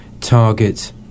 target